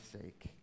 sake